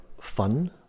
fun